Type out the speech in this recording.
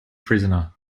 prisoner